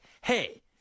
hey